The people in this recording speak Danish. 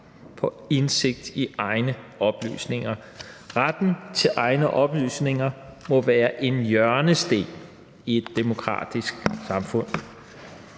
på indsigt i egne oplysninger. Retten til egne oplysninger må være en hjørnesten i et demokratisk samfund.